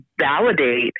validate